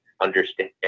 understand